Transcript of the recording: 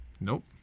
Nope